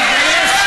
תתבייש.